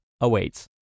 awaits